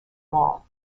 mall